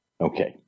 okay